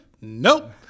nope